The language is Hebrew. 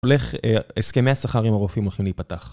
הסכמי השכר עם הרופאים הולכים להיפתח.